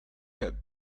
have